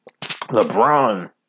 LeBron